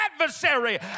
adversary